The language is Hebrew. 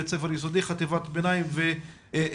בית ספר יסודי חטיבת ביניים ותיכון,